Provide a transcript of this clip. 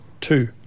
two